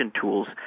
tools